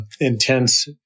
intense –